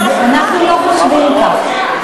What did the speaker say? אז אנחנו לא חושבים כך.